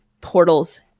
portals